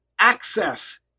access